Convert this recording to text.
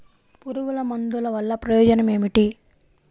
పురుగుల మందుల వల్ల ప్రయోజనం ఏమిటీ?